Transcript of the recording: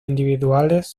individuales